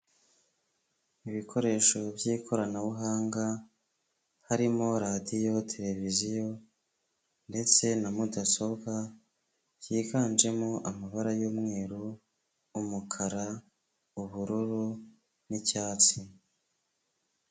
Ibikoresho by'ikoranabuhanga, harimo radiyo, tereviziyo ndetse na mudasobwa, byiganjemo amabara y'umweru, umukara, ubururu n'icyatsi.